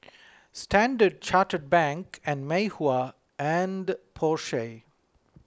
Standard Chartered Bank and Mei Hua and Porsche